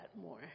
more